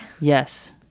Yes